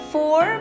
Four